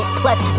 plus